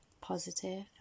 positive